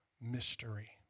mystery